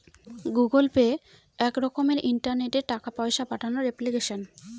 Google Pay এক রকমের ইন্টারনেটে টাকা পয়সা পাঠানোর এপ্লিকেশন